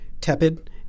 tepid